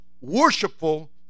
worshipful